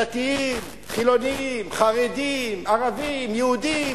דתיים, חילונים, חרדים, ערבים, יהודים.